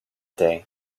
day